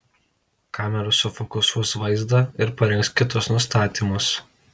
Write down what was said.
kamera sufokusuos vaizdą ir parinks kitus nustatymus